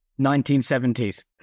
1970s